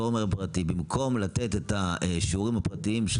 במקום לתת את השיעורים הפרטיים שהוא